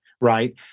right